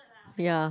ya